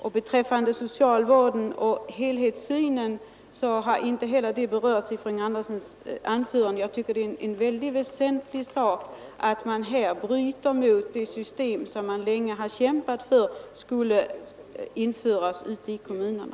Inte heller socialvården och helhetssynen togs upp i fröken Andersons anförande. Jag tycker det är en mycket väsentlig sak att man här bryter mot ett system som man länge kämpat för att få infört ute i kommunerna.